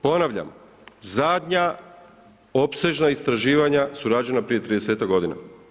Ponavljam zadnja opsežna istraživanja su rađena prije 30-ak godina.